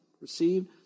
received